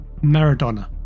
Maradona